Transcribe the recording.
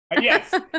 Yes